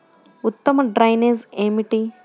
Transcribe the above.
ఉత్తమ డ్రైనేజ్ ఏమిటి?